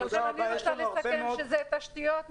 אני רוצה לסכם שזה תשתיות,